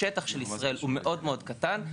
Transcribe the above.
השטח של ישראל הוא מאוד מאוד קטן,